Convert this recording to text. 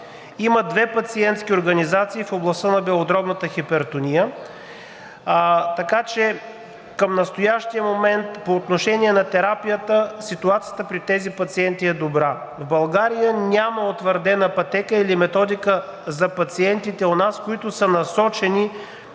Има две пациентски организации в областта на белодробната хипертония, така че към настоящия момент по отношение на терапията ситуацията при тези пациенти е добра. В България няма утвърдена пътека или методика за пациентите у нас, които са насочени